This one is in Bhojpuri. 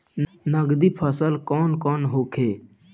नकदी फसल कौन कौनहोखे?